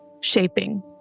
Shaping